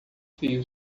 fio